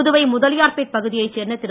புதுவை முதலியார்பேட் பகுதியைச் சேர்ந்த திரு